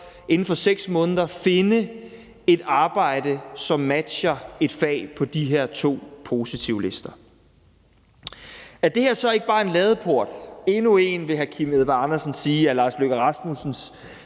inden for 6 måneder finde et arbejde, som matcher et fag på de her to positivlister. Er det her så ikke bare en ladeport, endnu en, vil hr. Kim Edberg Andersen sige, af Lars Løkke Rasmussens